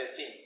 13